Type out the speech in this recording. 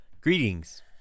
Greetings